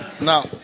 now